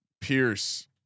Pierce